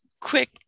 quick